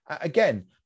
Again